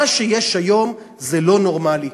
מה שיש היום זה לא נורמלי.